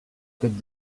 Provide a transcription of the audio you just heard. could